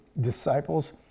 disciples